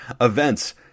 events